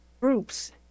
groups